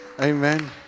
Amen